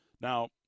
Now